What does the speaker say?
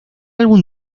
álbum